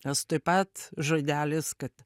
nes taip pat žodelis kad